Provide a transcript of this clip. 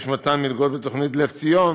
יש מתן מלגות בתוכנית "לבציון",